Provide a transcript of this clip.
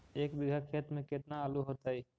एक बिघा खेत में केतना आलू होतई?